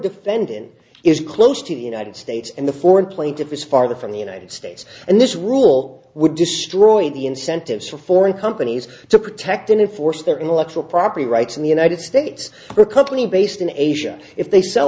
defendant is close to the united states and the foreign plaintiff is farther from the united states and this rule would destroy the incentives for foreign companies to protect in force their intellectual property rights in the united states or a company based in asia if they sell